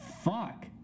fuck